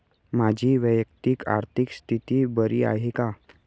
माझी वैयक्तिक आर्थिक स्थिती बरी आहे का?